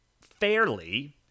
fairly